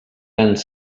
ens